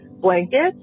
blankets